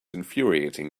infuriating